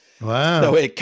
Wow